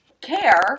care